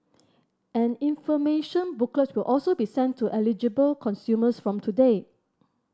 an information booklets will also be sent to eligible consumers from today